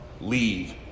leave